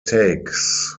takes